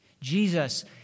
Jesus